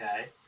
Okay